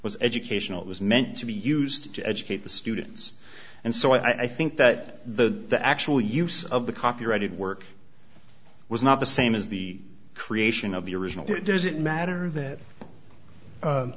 was educational it was meant to be used to educate the students and so i think that the the actual use of the copyrighted work was not the same as the creation of the original it doesn't matter that